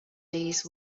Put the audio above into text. these